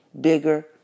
bigger